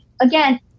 Again